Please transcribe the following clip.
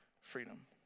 freedom